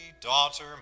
daughter